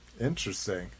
Interesting